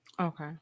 Okay